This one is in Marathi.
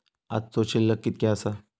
आजचो शिल्लक कीतक्या आसा?